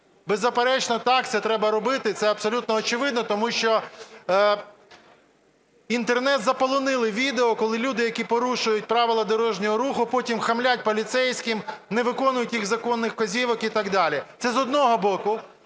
Беззаперечно, так, це треба робити, це абсолютно очевидно. Тому що Інтернет заполонили відео, коли люди, які порушують правила дорожнього руху, потім хамлять поліцейським, не виконують їх законних вказівок і так далі, це з одного боку.